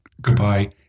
goodbye